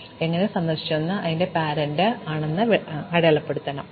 അതിനാൽ ഞങ്ങൾ എങ്ങനെ സന്ദർശിച്ചുവെന്നത് അതിന്റെ രക്ഷകർത്താവ് ഞാൻ ആണെന്ന് അടയാളപ്പെടുത്തും